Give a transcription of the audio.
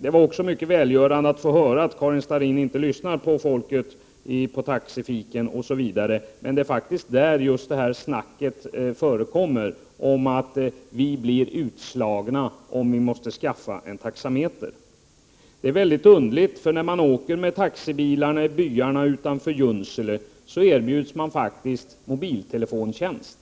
Det var mycket välgörande att få höra att Karin Starrin inte lyssnar på folket i taxifiken, men det är faktiskt just där snacket förekommer: Vi blir utslagna om vi måste skaffa taxameter. Det är underligt, för när man åker med taxibilarna i byarna utanför Junsele så erbjuds man faktiskt mobiltelefontjänst,